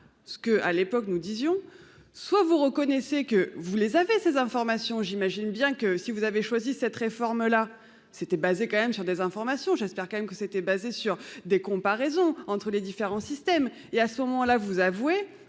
ce que, à l'époque nous disions, soit vous reconnaissez que vous les avez ces informations j'imagine bien que si vous avez choisi cette réforme là c'était basés quand même sur des informations j'espère quand même que c'était basé sur. Des comparaisons entre les différents systèmes et à ce moment-là vous avouer